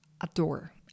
adore